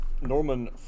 Norman